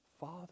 Father